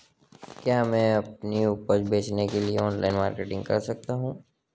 क्या मैं अपनी उपज बेचने के लिए ऑनलाइन मार्केटिंग कर सकता हूँ?